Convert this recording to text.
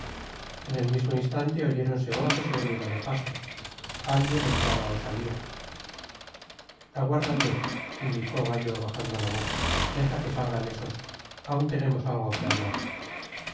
en el mismo instante oyéronse voces y ruido de pasos alguien entraba o salía aguárdate indicó gallo bajando la voz deja que salgan esos aún tenemos algo que hablar